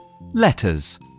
Letters